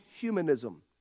humanism